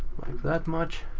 that much.